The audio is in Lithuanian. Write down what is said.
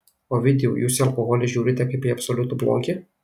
ovidijau jūs į alkoholį žiūrite kaip į absoliutų blogį